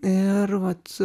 ir vat